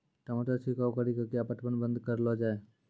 टमाटर छिड़काव कड़ी क्या पटवन बंद करऽ लो जाए?